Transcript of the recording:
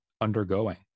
undergoing